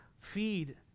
feed